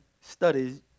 studies